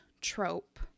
trope